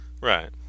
right